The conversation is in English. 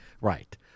Right